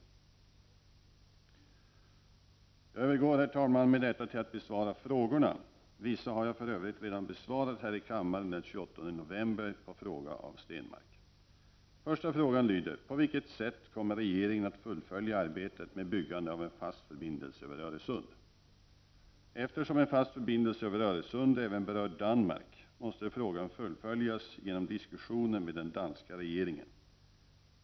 Jag övergår med detta till att besvara frågorna. Vissa har jag för övrigt redan besvarat här i kammaren den 28 november på fråga av Stenmarck. Första frågan lyder: På vilket sätt kommer regeringen att fullfölja arbetet med byggande av en fast förbindelse över Öresund? Eftersom en fast förbindelse över Öresund även berör Danmark måste frågan fullföljas genom diskussioner med den danska regeringen.